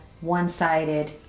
one-sided